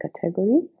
category